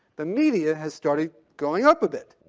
the media has started going up with it.